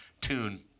tune